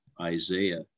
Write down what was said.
Isaiah